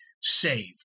saved